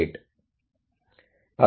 8758